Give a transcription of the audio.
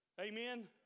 Amen